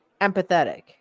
empathetic